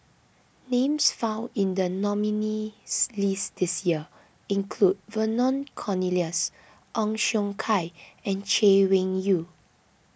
names found in the nominees' list this year include Vernon Cornelius Ong Siong Kai and Chay Weng Yew